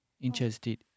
interested